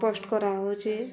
post କରାହଉଛି